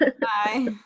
Bye